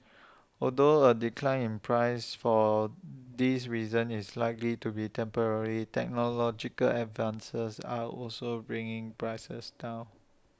although A decline in prices for these reasons is likely to be temporary technological advances are also bringing prices down